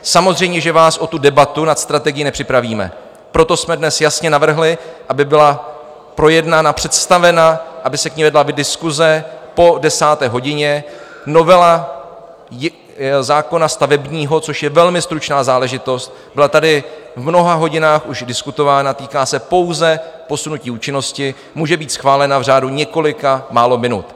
Samozřejmě že vás o debatu nad strategií nepřipravíme, proto jsme dnes jasně navrhli, aby byla projednána, představena, aby se k ní vedla diskuse po 10. hodině, novela zákona stavebního, což je velmi stručná záležitost, byla tady už v mnoha hodinách diskutována, týká se pouze posunutí účinnosti, může být schválena v řádu několika málo minut.